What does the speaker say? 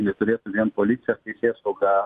neturėtų vien policija ar teisėsauga